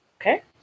Okay